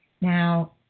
Now